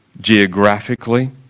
geographically